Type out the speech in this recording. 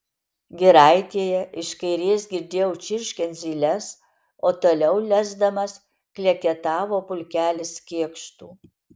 giraitėje iš kairės girdėjau čirškiant zyles o toliau lesdamas kleketavo pulkelis kėkštų